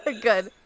Good